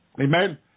Amen